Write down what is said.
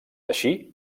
així